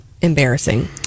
embarrassing